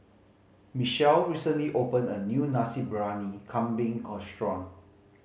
Michelle recently opened a new Nasi Briyani Kambing